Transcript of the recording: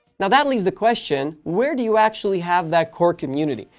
now that leaves the question where do you actually have that core community.